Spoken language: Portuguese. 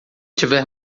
tiver